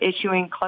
issuing